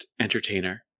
entertainer